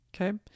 Okay